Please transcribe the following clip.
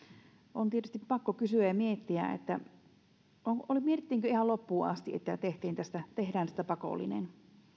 on tietysti pakko kysyä ja miettiä että mietittiinkö ihan loppuun asti että tehdään siitä pakollinen